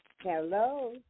Hello